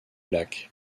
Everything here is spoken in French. lac